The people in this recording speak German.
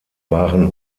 waren